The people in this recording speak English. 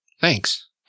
Thanks